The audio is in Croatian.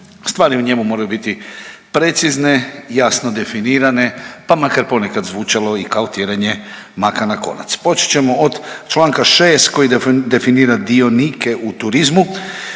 stvari u njemu moraju biti precizne i jasno definirane pa makar ponekad zvučalo i kao tjeranje maka na konac. Počet ćemo do Članka 6. koji definira dionike u turizmu,